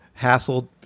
hassled